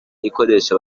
ikoresha